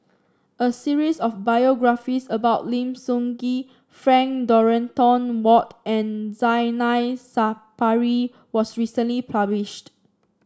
a series of biographies about Lim Sun Gee Frank Dorrington Ward and Zainal Sapari was recently published